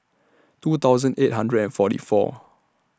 two thousand eight hundred and forty four